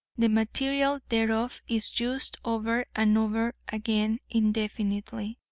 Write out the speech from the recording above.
the material thereof is used over and over again indefinitely.